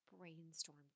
brainstorm